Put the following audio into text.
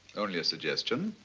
only a suggestion.